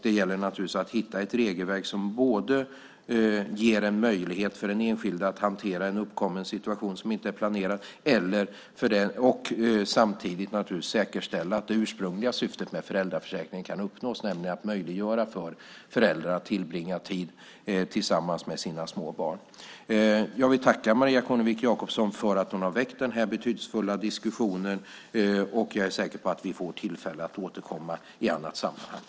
Det gäller att hitta ett regelverk som både ger en möjlighet för den enskilde att hantera en uppkommen situation som inte är planerad och samtidigt säkerställer att det ursprungliga syftet med föräldraförsäkringen kan uppnås, nämligen att möjliggöra för föräldrar att tillbringa tid tillsammans med sina små barn. Jag vill tacka Maria Kornevik Jakobsson för att hon har väckt den här betydelsefulla diskussionen. Jag är säker på att vi får tillfälle att återkomma i annat sammanhang.